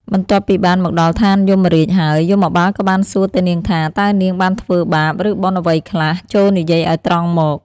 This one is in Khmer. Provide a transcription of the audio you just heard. បន្ទាប់ពីបានមកដល់ឋានយមរាជហើយ យមបាលក៏បានសួរទៅនាងថា តើនាងបានធ្វើបាប ឬបុណ្យអ្វីខ្លះ ចូរនិយាយឱ្យត្រង់មក។